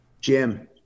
Jim